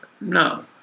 No